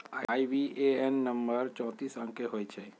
IBAN number चौतीस अंक के होइ छइ